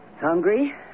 Hungry